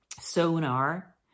sonar